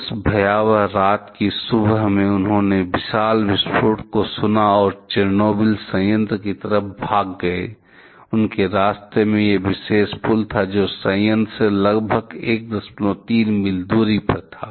उस भयावह रात की सुबह में उन्होंने विशाल विस्फोट को सुना और चेरनोबिल संयंत्र की तरफ भाग गए उनके रास्ते में यह विशेष पुल था जो संयंत्र से लगभग 13 मील की दूरी पर था